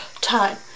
time